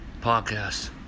Podcast